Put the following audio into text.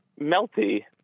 melty